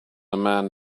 man